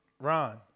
Ron